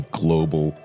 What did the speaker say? global